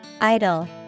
Idle